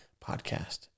podcast